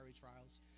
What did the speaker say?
trials